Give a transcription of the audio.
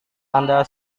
anda